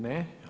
Ne.